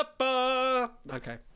Okay